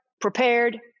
Prepared